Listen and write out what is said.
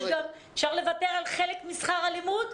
אפשר לוותר על חלק משכר הלימוד.